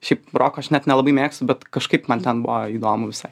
šiaip roko aš net nelabai mėgstu bet kažkaip man ten buvo įdomu visai